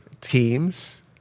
teams